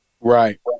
Right